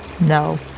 No